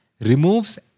removes